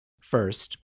First